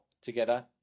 together